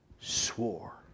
swore